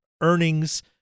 earnings